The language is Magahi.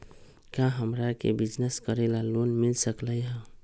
का हमरा के बिजनेस करेला लोन मिल सकलई ह?